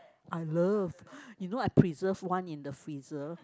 I love you know I preserve one in the freezer